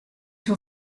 suo